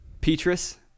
Petrus